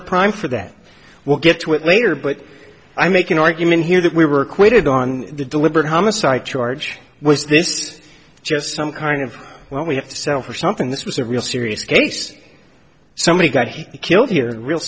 are primed for that will get with later but i make an argument here that we were acquitted on the deliberate homicide charge was this just some kind of well we have to settle for something this was a real serious case somebody got he killed here a real